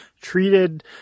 treated